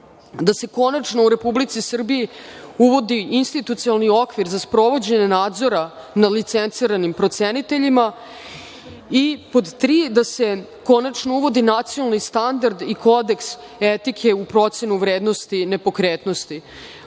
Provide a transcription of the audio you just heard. da se konačno u Republici Srbiji uvodi institucionalni okvir za sprovođenje nadzora nad licenciranim proceniteljima i pod tri, da se konačno uvodi nacionalni standard i kodeks etike u procenu vrednosti nepokretnosti.